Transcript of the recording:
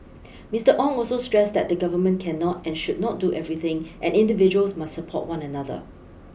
Mister Ong also stressed that the Government cannot and should not do everything and individuals must support one another